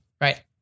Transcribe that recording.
right